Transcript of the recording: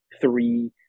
three